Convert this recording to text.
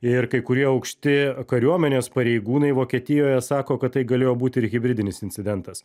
ir kai kurie aukšti kariuomenės pareigūnai vokietijoje sako kad tai galėjo būti ir hibridinis incidentas